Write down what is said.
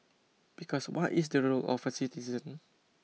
because what is the role of a citizen